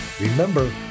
Remember